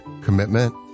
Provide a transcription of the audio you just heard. commitment